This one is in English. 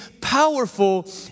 powerful